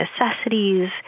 necessities